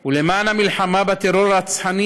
ולמען המלחמה בטרור הרצחני,